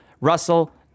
Russell